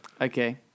Okay